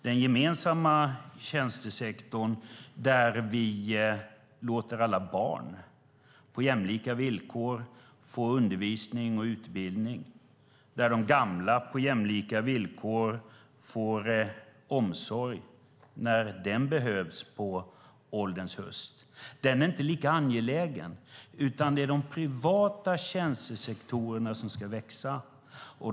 Den gemensamma tjänstesektorn, där vi låter alla barn på jämlika villkor få undervisning och utbildning och där de gamla på jämlika villkor får omsorg när den behövs på ålderns höst, är inte lika angelägen. Det är de privata tjänstesektorerna som ska växa.